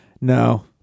No